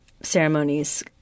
ceremonies